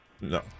no